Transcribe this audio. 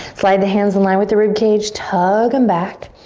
slide the hands in line with the ribcage. tug em back.